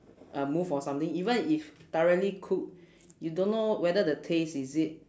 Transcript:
uh move or something even if thoroughly cook you don't know whether the taste is it